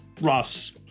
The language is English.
Ross